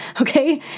okay